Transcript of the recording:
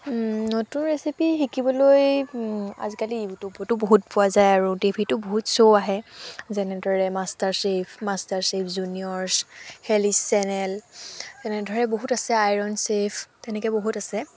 নতুন ৰেচিপি শিকিবলৈ আজিকালি ইউটিউবতো বহুত পোৱা যায় আৰু টিভিতো বহুত শ্ব' আহে যেনেদৰে মাষ্টাৰশ্বেফ মাষ্টাৰশ্বেফ জুনিয়ৰছ হেলিছ চেনেল তেনেদৰে বহুত আছে আইৰণ শ্বেফ তেনেকৈ বহুত আছে